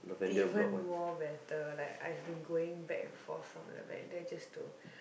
even more better like I've been going back and forth from Lavender just to